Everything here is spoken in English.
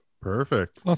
perfect